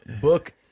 book